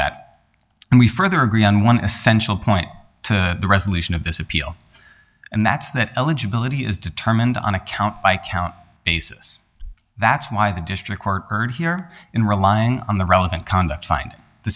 that and we further agree on one essential point to the resolution of this appeal and that's that eligibility is determined on a count by count basis that's why the district court heard here in relying on the relevant conduct find the